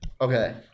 okay